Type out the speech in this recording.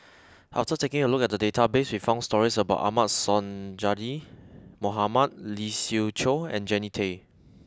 after taking a look at the database we found stories about Ahmad Sonhadji Mohamad Lee Siew Choh and Jannie Tay